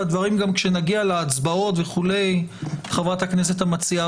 הדברים כשנגיע להצבעות חברת הכנסת המציעה